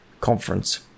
conference